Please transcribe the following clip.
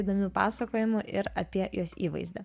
įdomių pasakojimų ir apie jos įvaizdį